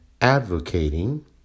advocating